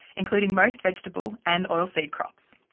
including most vegetable and oil seed crops.